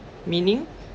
meaning